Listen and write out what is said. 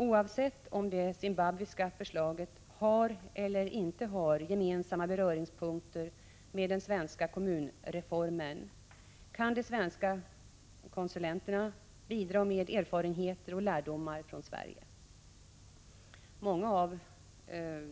Oavsett om det zimbabwiska förslaget har eller inte har gemensamma beröringspunkter med den svenska kommunreformen kan de svenska konsulterna bidra med erfarenheter och lärdomar från Sverige. Många av